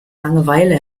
langeweile